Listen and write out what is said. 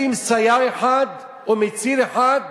לשים סייר אחד, או מציל אחד,